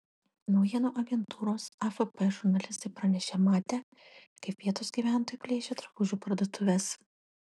naujienų agentūros afp žurnalistai pranešė matę kaip vietos gyventojai plėšia drabužių parduotuves